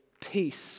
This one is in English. peace